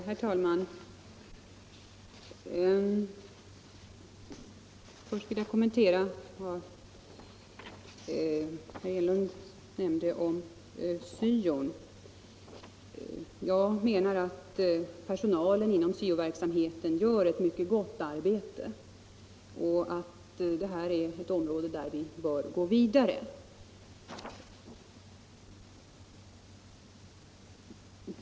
Herr talman! Personalen inom SYO-verksamheten uträttar, menar jag, ett mycket gott arbete. Vi bör gå vidare på det området.